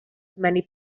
many